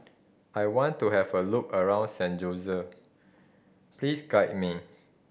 I want to have a look around San Jose please guide me